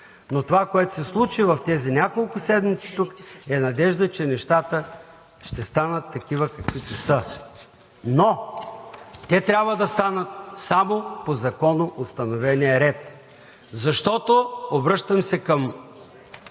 Това, което се случи в тези няколко седмици тук, е надежда, че нещата ще станат такива, каквито са, но те трябва да станат само по законоустановения ред. Обръщам се към